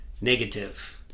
Negative